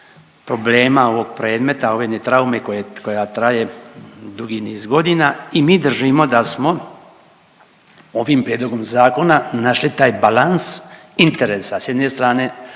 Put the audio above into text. problema, ovog predmeta, ove jedne traume koja traje dugi niz godina. I mi držimo da smo ovim prijedlogom zakona našli taj balans interesa s jedne strane